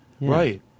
right